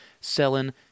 selling